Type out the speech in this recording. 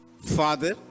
father